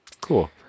cool